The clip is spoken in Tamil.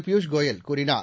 பியூஷ் கோயல் கூறினார்